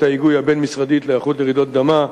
ההיגוי הבין-משרדית להיערכות לרעידות אדמה,